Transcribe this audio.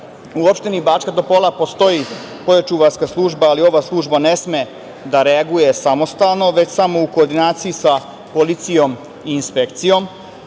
U opštini Bačka Topola postoji poljočuvarska služba, ali ova služba ne sme da reaguje samostalno, već samo u koordinaciji sa policijom i inspekcijom